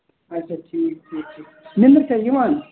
اَچھا ٹھیٖک ٹھیٖک نٮ۪نٛدٕر چھا یِوان